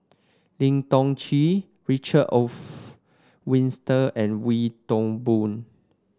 Lim Tiong Ghee Richard Olaf Winstedt and Wee Toon Boon